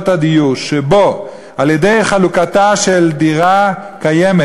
הדיור שבו על-ידי חלוקתה של דירה קיימת